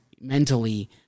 mentally